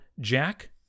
jack